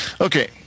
Okay